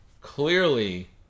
Clearly